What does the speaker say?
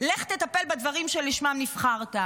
תטפל בדברים שלשמם נבחרת.